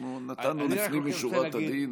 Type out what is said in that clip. אנחנו נתנו לפנים משורת הדין.